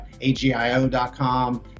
agio.com